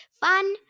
Fun